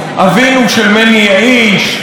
"אבינו" של מני יעיש,